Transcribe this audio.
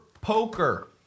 poker